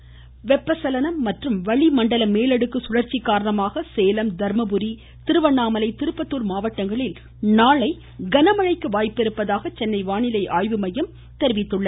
வானிலை வெப்ப சலனம் மற்றும் வளிமண்டல மேலடுக்கு சுழற்சி காரணமாக சேலம் தர்மபுரி திருவண்ணாமலை திருப்பத்தூர் மாவட்டங்களில் நாளை கனமழைக்கு வாய்ப்பிருப்பதாக சென்னை வானிலை ஆய்வுமையம் தெரிவித்துள்ளது